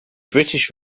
british